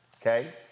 okay